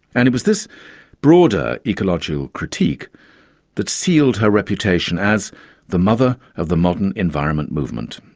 and it was this broader ecological critique that sealed her reputation as the mother of the modern environment movement.